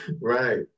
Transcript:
right